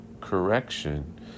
correction